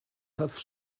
have